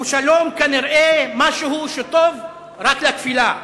ושלום הוא כנראה משהו שטוב רק לתפילה.